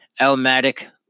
Elmatic